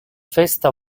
festa